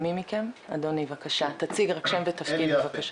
אדוני, בבקשה, תציג שם ותפקיד בבקשה.